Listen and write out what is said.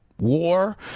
War